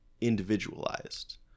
individualized